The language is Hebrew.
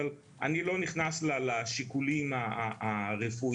אבל אני לא נכנס לשיקולים הרפואיים,